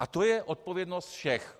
A to je odpovědnost všech.